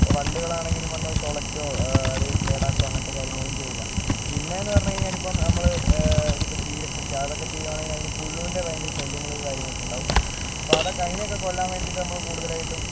ഇപ്പോൾ വണ്ടുകൾ ആണെങ്കിലും വന്ന് അതു തുളയ്ക്കുകയോ അത് കേടാക്കുകയോ അങ്ങനത്തെ കാര്യങ്ങളൊന്നും ചെയ്യില്ല പിന്നെയെന്നു പറഞ്ഞു കഴിഞ്ഞാൽ ഇപ്പം നമ്മൾ ഇതിപ്പോൾ ചീരക്കൃഷി അതൊക്കെ ചെയ്യുകയാണെങ്കിൽ അതിനു പുഴുവിൻ്റെ ഭയങ്കര ശല്യങ്ങൾ കാര്യങ്ങളൊക്കെ ഉണ്ടാവും അപ്പം അതൊക്കെ അതിനെയൊക്കെ കൊല്ലാൻ വേണ്ടിയിട്ട് നമ്മൾ കൂടുതലായിട്ടും